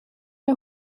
der